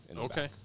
Okay